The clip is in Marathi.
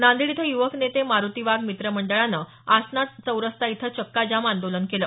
नांदेड इथं युवक नेते मारुती वाघ मित्र मंडळानं आसना चौरस्ता इथं चक्काजाम आंदोलन केलं